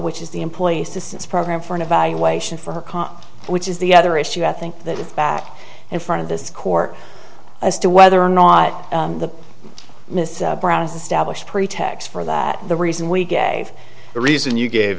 which is the employee assistance program for an evaluation for her car which is the other issue i think that is back in front of this court as to whether or not the mrs brown established pretext for that the reason we gave the reason you gave